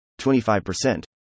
25%